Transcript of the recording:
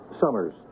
Summers